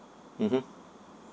mmhmm